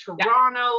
Toronto